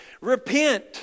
Repent